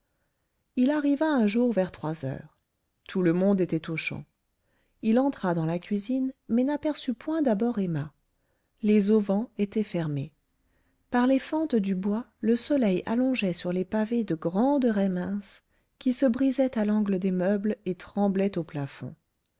il arriva un jour vers trois heures tout le monde était aux champs il entra dans la cuisine mais n'aperçut point d'abord emma les auvents étaient fermés par les fentes du bois le soleil allongeait sur les pavés de grandes raies minces qui se brisaient à l'angle des meubles et tremblaient au plafond